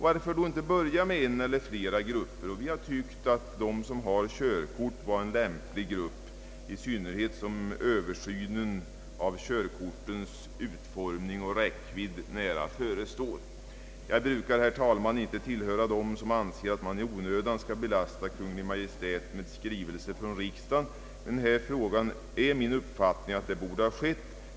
Varför då inte börja med en eller fiera grupper? Vi tycker att de som har körkort vore en lämplig grupp, i synnerhet som översynen av körkor tens utformning och räckvidd nära förestår. Jag brukar, herr talman, inte tillhöra dem som anser att man i onödan skall belasta Kungl. Maj:t med skrivelser från riksdagen. I denna fråga är dock min uppfattning att det borde ha skett.